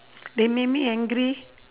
they make me angry